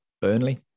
Burnley